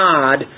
God